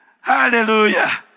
Hallelujah